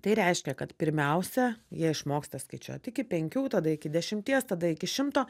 tai reiškia kad pirmiausia jie išmoksta skaičiuoti iki penkių tada iki dešimties tada iki šimto